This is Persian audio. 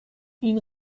این